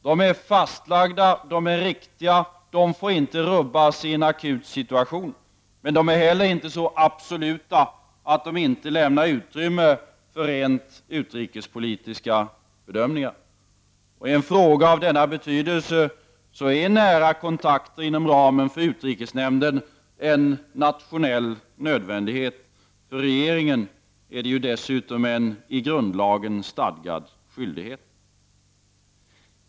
De är fastlagda, de är riktiga och de får inte rubbas i en akut situation. De är emellertid inte så absoluta att de inte lämnar utrymme för rent utrikespolitiska bedömningar. I en fråga av denna betydelse är de nära kontakter inom ramen för utrikesnämnden en nationell nödvändighet. För regeringen är det dessutom en enligt grundlagen stadgad skyldighet.